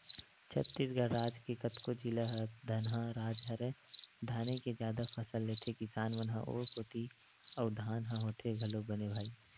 छत्तीसगढ़ राज के कतको जिला ह धनहा राज हरय धाने के जादा फसल लेथे किसान मन ह ओ कोती अउ धान ह होथे घलोक बने भई